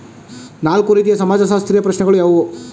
ನಾಲ್ಕು ರೀತಿಯ ಸಮಾಜಶಾಸ್ತ್ರೀಯ ಪ್ರಶ್ನೆಗಳು ಯಾವುವು?